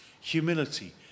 humility